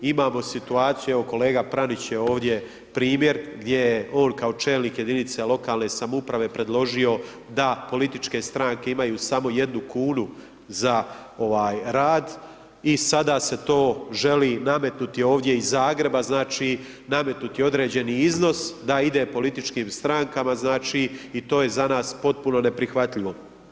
Imamo situaciju, evo kolega Pranić je ovdje primjer, gdje on kao čelnik jedinice lokalne samouprave predložio da političke stranke imaju samo jednu kunu za, ovaj, rad, i sada se to želi nametnuti ovdje iz Zagreba, znači, nametnuti određeni iznos da ide političkim strankama, znači, i to je za nas potpuno neprihvatljivo.